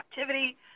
activity